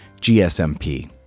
GSMP